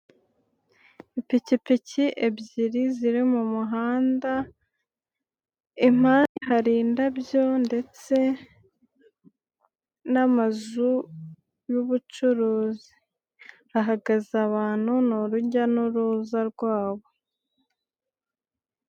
Ipikipiki ebyiri ziri mu muhanda. Impande hari indabyo ndetse n'amazu y'ubucuruzi. Hahagaze abantu ni urujya n'uruza rwabo.